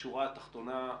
בשורה התחתונה,